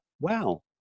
wow